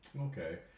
okay